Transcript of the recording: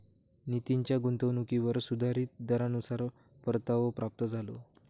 नितीनच्या गुंतवणुकीवर सुधारीत दरानुसार परतावो प्राप्त झालो